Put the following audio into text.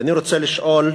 אני רוצה לשאול,